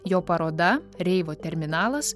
jo paroda reivo terminalas